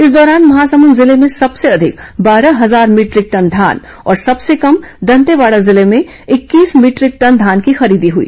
इस दौरान महासमूद जिले में सबसे अधिक बारह हजार भीट्रिक टन धान और सबसे कम दंतेवाडा जिले में इक्कीस मीटिक टन धान की खरीदी हई